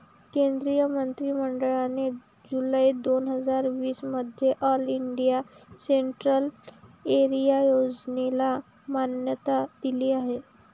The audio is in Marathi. केंद्रीय मंत्रि मंडळाने जुलै दोन हजार वीस मध्ये ऑल इंडिया सेंट्रल एरिया योजनेला मान्यता दिली आहे